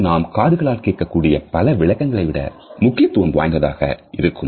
இது நாம் காதுகளால் கேட்கக் கூடிய பல விளக்கங்களை விட முக்கியத்துவம் வாய்ந்ததாக இருக்கும்